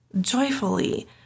joyfully